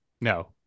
No